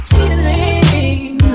Ceiling